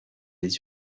les